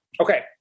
Okay